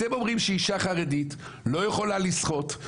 אתם אומרים שאישה חרדית לא יכולה לשחות,